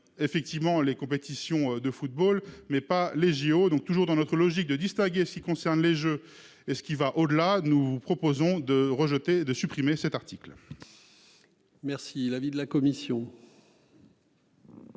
effectivement les compétitions de football mais pas les JO donc toujours dans notre logique de distinguer si concerne les jeux et ce qui va au-delà. Nous vous proposons de rejeter de supprimer cet article. Merci. L'avis de la commission.